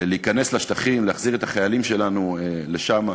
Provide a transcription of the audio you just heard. להיכנס לשטחים, להחזיר את החיילים שלנו לשם.